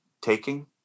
taking